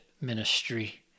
ministry